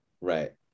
Right